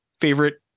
favorite